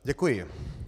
Děkuji.